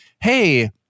Hey